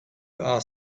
are